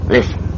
Listen